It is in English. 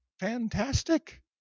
fantastic